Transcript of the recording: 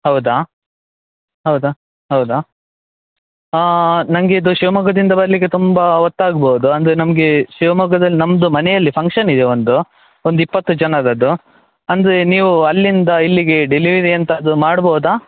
ಹೌದ ಹೌದ ಹೌದ ನನ್ಗೆ ಇದು ಶಿವಮೊಗ್ಗದಿಂದ ಬರಲಿಕ್ಕೆ ತುಂಬ ಹೊತ್ತಾಗ್ಬೋದು ಅಂದರೆ ನಮಗೆ ಶಿವಮೊಗ್ಗದಲ್ಲಿ ನಮ್ಮದು ಮನೆಯಲ್ಲಿ ಫಂಕ್ಷನ್ ಇದೆ ಒಂದು ಒಂದು ಇಪ್ಪತ್ತು ಜನರದ್ದು ಅಂದರೆ ನೀವು ಅಲ್ಲಿಂದ ಇಲ್ಲಿಗೆ ಡೆಲಿವರಿ ಎಂಥಾದರು ಮಾಡ್ಬೋದಾ